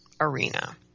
arena